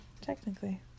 Technically